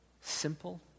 simple